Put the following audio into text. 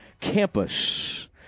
Campus